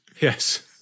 Yes